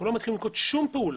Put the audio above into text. אנחנו לא מתחילים לנקוט שום פעולה,